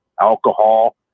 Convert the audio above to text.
alcohol